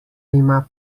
ima